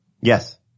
Yes